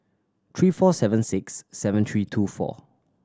three four seven six seven three two four